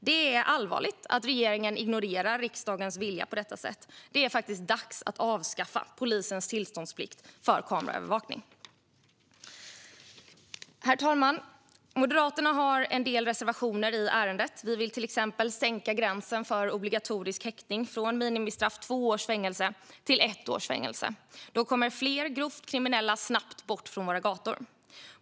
Det är allvarligt att regeringen ignorerar riksdagens vilja på detta sätt. Det är faktiskt dags att avskaffa polisens tillståndsplikt vid kameraövervakning. Herr talman! Moderaterna har en del reservationer i ärendet. Vi vill till exempel sänka gränsen för obligatorisk häktning från minimistraffet två års fängelse till ett års fängelse. Då kommer fler grovt kriminella snabbt bort från våra gator.